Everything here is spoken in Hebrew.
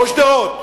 או שדרות.